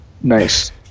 nice